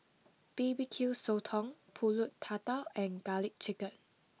B B Q Sotong Pulut Tatal and Garlic Chicken